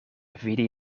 vidi